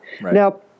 Now